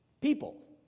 People